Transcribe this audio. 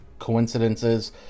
coincidences